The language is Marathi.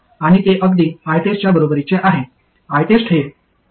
आणि ते अगदी ITEST च्या बरोबरीचे आहे ITEST हे VTESTITEST आहे